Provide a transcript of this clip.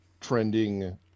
trending